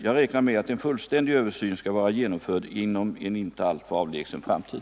Jag räknar med att en fullständig översyn skall vara genomförd inom en inte alltför avlägsen framtid.